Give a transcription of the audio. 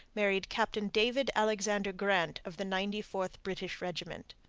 married captain david alexander grant of the ninety fourth british regiment.